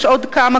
יש אמיתות נוספות,